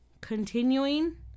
continuing